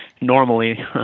normally